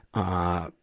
ah,